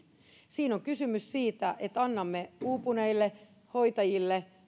siinä on kysymys siitä että annamme uupuneille hoitajille